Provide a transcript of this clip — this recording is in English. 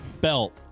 belt